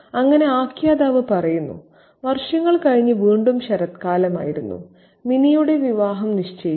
അങ്ങനെ ആഖ്യാതാവ് പറയുന്നു വർഷങ്ങൾ കഴിഞ്ഞ് വീണ്ടും ശരത്കാലമായിരുന്നു മിനിയുടെ വിവാഹം നിശ്ചയിച്ചു